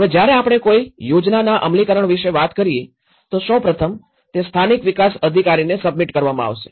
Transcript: હવે જ્યારે આપણે કોઈ યોજનાના અમલીકરણ વિશે વાત કરીએ તો સૌ પ્રથમ તે સ્થાનિક વિકાસ અધિકારીને સબમિટ કરવામાં આવશે